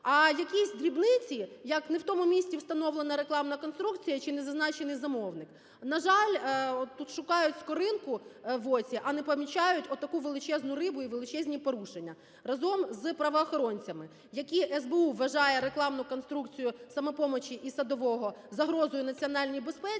А якісь дрібниці, як не в тому місці встановлена рекламна конструкція чи не зазначений замовник, на жаль, тут шукають скоринку в оці, а не помічають отаку величезну рибу і величезні порушення. Разом з правоохоронцями, які… СБУ вважає рекламну конструкцію "Самопомочі" і Садового загрозою національній безпеці,